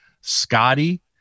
Scotty